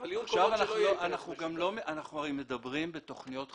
אנחנו הרי מדברים בתכניות חדשות,